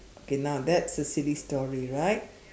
okay now that's a silly story right